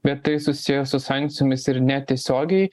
bet tai susiję su sankcijomis ir netiesiogiai